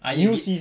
ah you